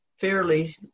fairly